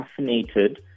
caffeinated